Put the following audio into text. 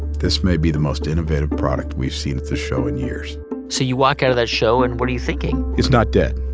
this may be the most innovative product we've seen at the show in years so you walk out of that show. and what are you thinking? it's not dead.